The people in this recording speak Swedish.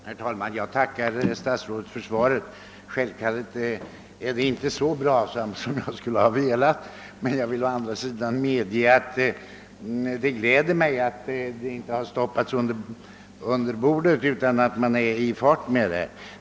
Herr talman! Jag tackar statsrådet för svaret. Självfallet var det inte fullt så bra som jag hade hoppats, men å andra sidan gläder det mig ändå att inte hela frågan har lagts under bordet utan att man arbetar med den.